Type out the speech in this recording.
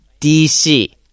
DC